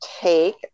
take